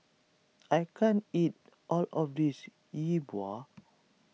I can't eat all of this Yi Bua